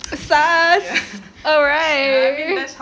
sus alright